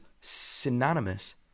synonymous